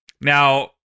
Now